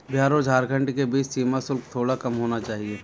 बिहार और झारखंड के बीच सीमा शुल्क थोड़ा कम होना चाहिए